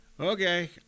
Okay